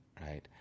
right